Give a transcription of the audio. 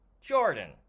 Jordan